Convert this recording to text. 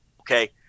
Okay